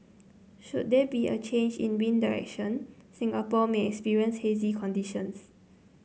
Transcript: should there be a change in wind direction Singapore may experience hazy conditions